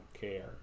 care